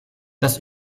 das